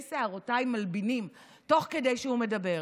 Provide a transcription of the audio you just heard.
שערותיי מלבינים תוך כדי שהוא מדבר,